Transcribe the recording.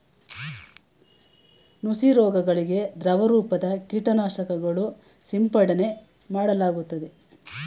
ನುಸಿ ರೋಗಗಳಿಗೆ ದ್ರವರೂಪದ ಕೀಟನಾಶಕಗಳು ಸಿಂಪಡನೆ ಮಾಡಲಾಗುತ್ತದೆ